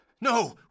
No